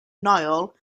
nile